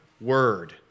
word